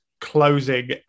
closing